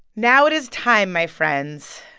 now it is time, my friends,